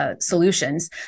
Solutions